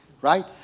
right